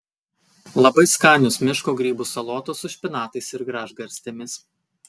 labai skanios miško grybų salotos su špinatais ir gražgarstėmis